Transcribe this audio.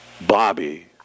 Bobby